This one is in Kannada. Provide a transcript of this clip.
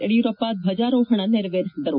ಯಡಿಯೂರಪ್ಪ ಧ್ವಜಾರೋಹಣ ನೆರವೇರಿಸಿದರು